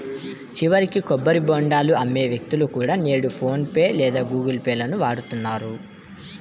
చివరికి కొబ్బరి బోండాలు అమ్మే వ్యక్తులు కూడా నేడు ఫోన్ పే లేదా గుగుల్ పే లను వాడుతున్నారు